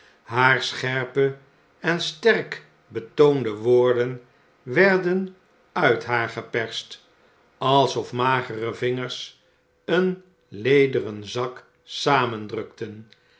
haar scherpe en sterk be toonde woorden werden uit haar geperst alsof magere vingers een lederen zak samendrukten en